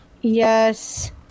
Yes